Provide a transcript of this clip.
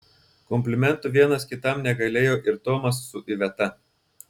komplimentų vienas kitam negailėjo ir tomas su iveta